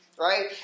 Right